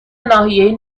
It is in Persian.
ناحیه